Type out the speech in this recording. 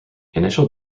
initial